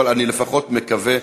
אבל אני לפחות מקווה.